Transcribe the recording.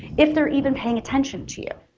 if they're even paying attention to you.